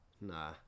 nah